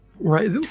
right